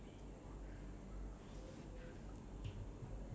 ya like can prevent if you followed the direction